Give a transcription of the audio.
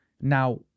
Now